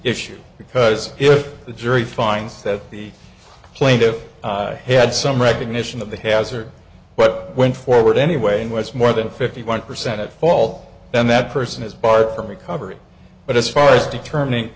issue because if the jury finds that the plaintiff had some recognition of the hazard what went forward anyway and was more than fifty one percent at fault then that person is barred from recovery but as far as determining